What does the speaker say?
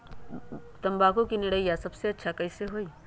तम्बाकू के निरैया सबसे अच्छा कई से होई?